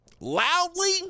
loudly